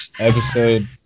episode